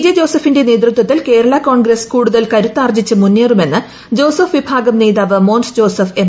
J ജോസഫിന്റെ നേതൃത്വത്തിൽ കേരളാ കോൺഗ്രസ് കൂടുതൽ കരുത്താർജ്ജിച്ച് മുന്നേറുമെന്ന് ജോസഫ് വിഭാഗം നേതാവ് മോൻസ് ജോസഫ് എം